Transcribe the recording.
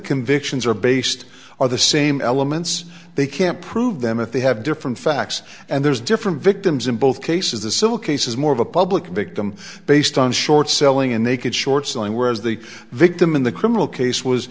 convictions are based on the same elements they can't prove them if they have different facts and there's different victims in both cases the civil case is more of a public victim based on short selling and they could short selling whereas the victim in the criminal case was